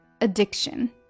addiction